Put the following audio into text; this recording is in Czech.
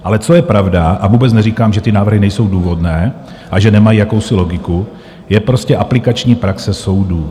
Ale co je pravda a vůbec neříkám, že ty návrhy nejsou důvodné a že nemají jakousi logiku, je prostě aplikační praxe soudů.